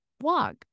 walk